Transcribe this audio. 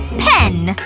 pen.